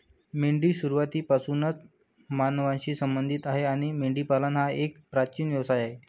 मेंढी सुरुवातीपासूनच मानवांशी संबंधित आहे आणि मेंढीपालन हा एक प्राचीन व्यवसाय आहे